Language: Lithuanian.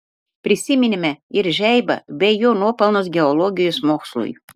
prisiminėme ir žeibą bei jo nuopelnus geologijos mokslui